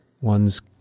one's